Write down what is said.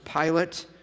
Pilate